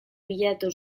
bilatu